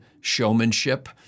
showmanship